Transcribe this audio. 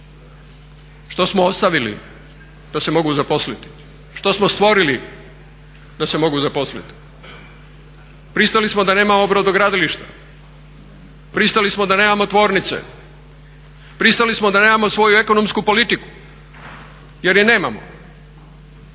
Šta smo ostavili da se mogu zaposliti? Što smo stvorili da se mogu zaposliti? Pristali smo da nemamo brodogradilišta, pristali smo da nemamo tvornice, pristali smo da nemamo svoju ekonomsku politiku jer je nemamo.